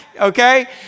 okay